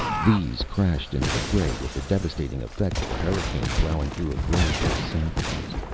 these crashed into the fray with the devastating effect of a hurricane plowing through a grove of saplings.